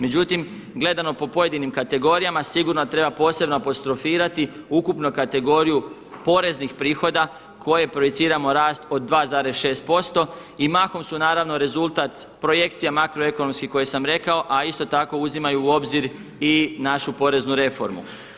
Međutim, gledano po pojedinim kategorijama sigurno da treba posebno apostrofirati ukupno kategoriju poreznih prihoda koje projiciramo rast od 2,6 posto i mahom su naravno rezultat projekcija makroekonomskih koje sam rekao, a isto tako uzimaju u obzir i našu poreznu reformu.